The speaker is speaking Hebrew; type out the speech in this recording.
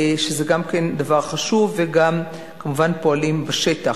שזה גם כן דבר חשוב, וגם כמובן פועלים בשטח.